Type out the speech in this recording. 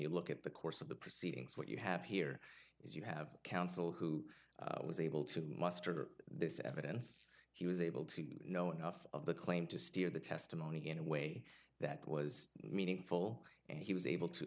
you look at the course of the proceedings what you have here is you have counsel who was able to muster this evidence he was able to know enough of the claim to steer the testimony in a way that was meaningful and he was able to